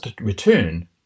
return